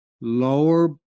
lower